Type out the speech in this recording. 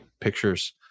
pictures